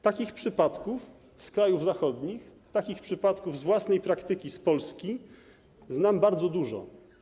Takich przypadków z krajów zachodnich, takich przypadków z własnej praktyki z Polski znam bardzo dużo.